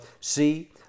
see